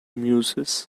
muses